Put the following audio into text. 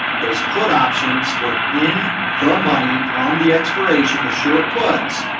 those put options were in the money on the expiration, the short puts.